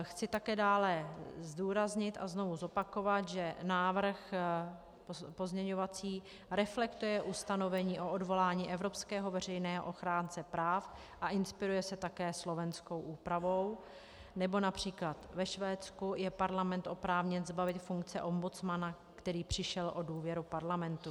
Chci také dále zdůraznit a znovu zopakovat, že pozměňovací návrh reflektuje ustanovení o odvolání evropského veřejného ochránce práv a inspiruje se také slovenskou úpravou, nebo například ve Švédsku je parlament oprávněn zbavit funkce ombudsmana, který přišel o důvěru parlamentu.